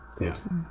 Yes